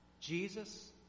Jesus